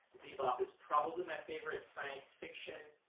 bebop is probably my favorite science fiction